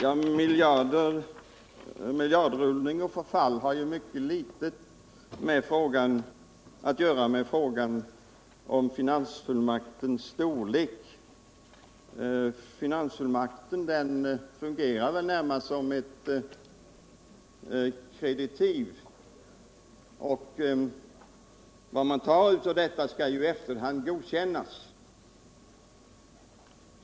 Herr talman! ”Miljardrullning” och ”förfall” har ju mycket litet att göra med frågan om finansfullmaktens storlek. Finansfullmakten fungerar väl närmast som ett kreditiv, och vad man tar av detta skall i efterhand godkännas.